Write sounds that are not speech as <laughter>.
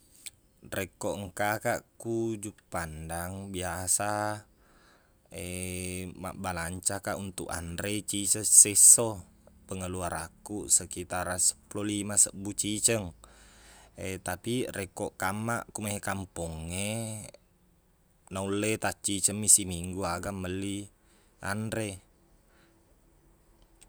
Rekko engkakaq ku Ujuq Pandang, biasa <hesitation> mabbalancakaq untuk anre, ciceng sesso, pengeluarankuq sekkitaran seppulo lima sebbu ciceng. <hesitation> Tapiq rekko kammaq komai kampong e, naulle tacciceng mi simunggu aga melli anre.